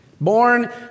Born